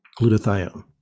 glutathione